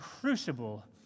crucible